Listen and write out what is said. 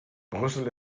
brüssel